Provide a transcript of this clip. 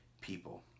people